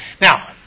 Now